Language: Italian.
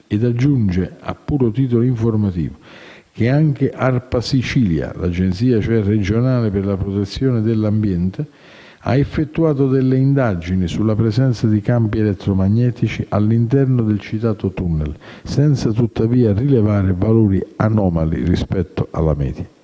ed aggiunge, a puro titolo informativo, che anche l'Agenzia regionale per la protezione dell'ambiente - ARPA Sicilia ha effettuato delle indagini sulla presenza di campi elettromagnetici all'interno del citato tunnel, senza tuttavia rilevare valori anomali rispetto alla media.